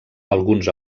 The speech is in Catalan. alguns